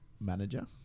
manager